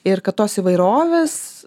ir kad tos įvairovės